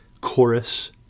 chorus